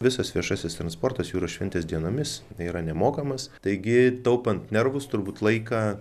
visas viešasis transportas jūros šventės dienomis yra nemokamas taigi taupant nervus turbūt laiką